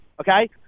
Okay